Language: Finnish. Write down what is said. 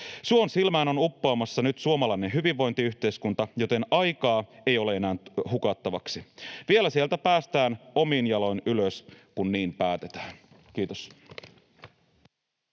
Suonsilmään on uppoamassa nyt suomalainen hyvinvointiyhteiskunta, joten aikaa ei ole enää hukattavaksi. Vielä sieltä päästään omin jaloin ylös, kun niin päätetään. — Kiitos.